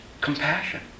compassion